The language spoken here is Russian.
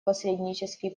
посреднический